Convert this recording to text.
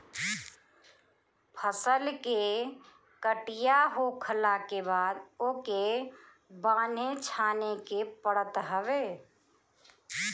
फसल के कटिया होखला के बाद ओके बान्हे छाने के पड़त हवे